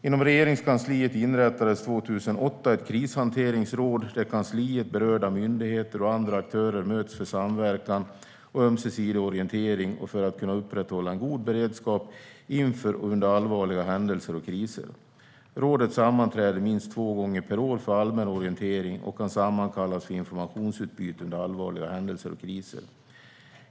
Inom Regeringskansliet inrättades 2008 ett krishanteringsråd där kansliet, berörda myndigheter och andra aktörer möts för samverkan och ömsesidig orientering och för att kunna upprätthålla en god beredskap inför och under allvarliga händelser och kriser. Rådet sammanträder minst två gånger per år för allmän orientering och kan sammankallas för informationsutbyte under allvarliga händelser och kriser.